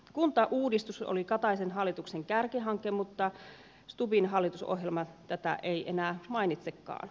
kuntauudistus oli kataisen hallituksen kärkihanke mutta stubbin hallitusohjelma tätä ei enää mainitsekaan